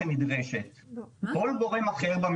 ואנחנו סבורים אחרת.